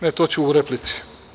Ne, to ću u replici.